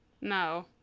No